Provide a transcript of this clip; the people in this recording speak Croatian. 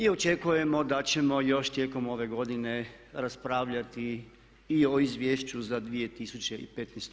I očekujemo da ćemo još tijekom ove godine raspravljati i o Izvješću za 2015.